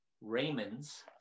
Raymond's